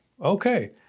okay